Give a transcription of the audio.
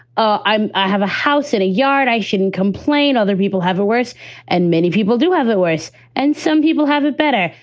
ah i i have a house and a yard. i shouldn't complain. other people have it worse and many people do have it worse and some people have it better.